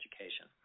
education